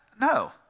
No